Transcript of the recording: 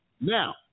now